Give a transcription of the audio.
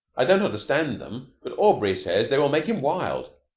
i don't understand them, but aubrey says they will make him wild.